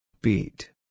Beat